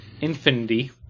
Infinity